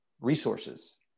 resources